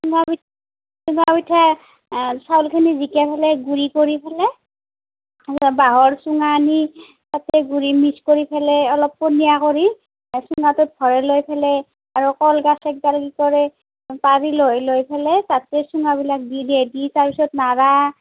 চুঙা পিঠা চুঙা পিঠা চাউলখিনি ভিগাই পেলাই গুড়ি কৰি পেলাই বাঁহৰ চুঙা আনি তাতে গুড়ি মিক্স কৰি পেলাই অলপ পনীয়া কৰি চুঙাটোত ভৰাই লৈ পেলাই আৰু কলগছ একডাল কি কৰে পাৰি লৈ লৈ পেলাই তাতে চুঙাবিলাক দি দিয়ে দি তাৰপিছত মাৰা